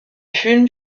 film